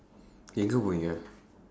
எங்கே போவீங்க:engkee pooviingka